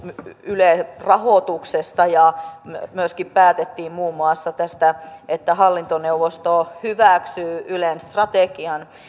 ylen rahoituksesta ja myöskin päätettiin muun muassa siitä että hallintoneuvosto hyväksyy ylen strategian